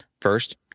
First